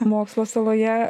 mokslo saloje